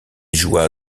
joua